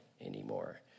anymore